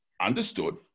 understood